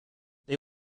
they